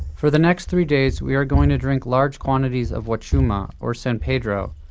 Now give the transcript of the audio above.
for the next three days, we are going to drink large quantities of huachuma or san pedro,